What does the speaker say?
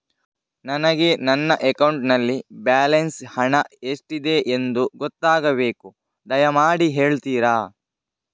ನನಗೆ ನನ್ನ ಅಕೌಂಟಲ್ಲಿ ಬ್ಯಾಲೆನ್ಸ್ ಹಣ ಎಷ್ಟಿದೆ ಎಂದು ಗೊತ್ತಾಗಬೇಕು, ದಯಮಾಡಿ ಹೇಳ್ತಿರಾ?